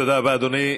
תודה רבה, אדוני.